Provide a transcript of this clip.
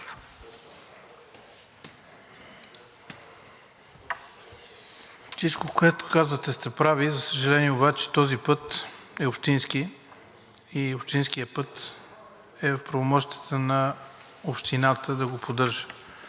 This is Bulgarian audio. всичко, което казвате, сте прави, за съжаление обаче, този път е общински и общинският път е в правомощията на общината да го поддържа.